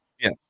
Yes